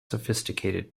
sophisticated